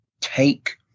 take